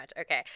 Okay